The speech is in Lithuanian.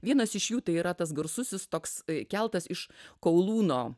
vienas iš jų tai yra tas garsusis toks keltas iš kaulūno